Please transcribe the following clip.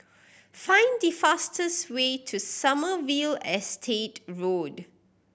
find the fastest way to Sommerville Estate Road